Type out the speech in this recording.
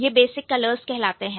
यह basic colours कहलाते हैं